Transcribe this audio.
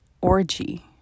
orgy